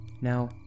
Now